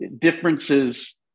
Differences